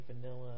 vanilla